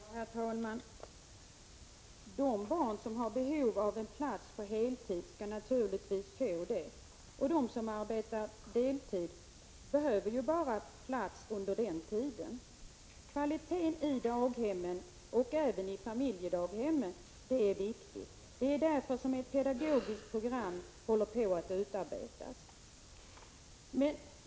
Herr talman! De barn som har behov av daghemsplats på heltid skall naturligtvis få det, och de barn vilkas föräldrar arbetar deltid behöver ju bara plats under den tiden. Kvaliteten på barnomsorgen i daghemmen och även i familjedaghemmen är viktig. Det är därför ett pedagogiskt program håller på att utarbetas.